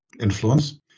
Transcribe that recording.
influence